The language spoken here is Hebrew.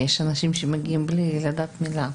יש אנשים שמגיעים בלי לדעת מילה.